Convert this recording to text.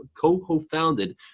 co-founded